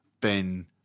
Ben